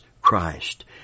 Christ